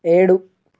ఏడు